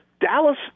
Dallas